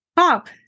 pop